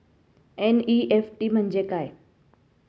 NEFT म्हणजे काय?